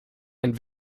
and